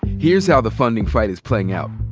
here's how the funding fight is playing out.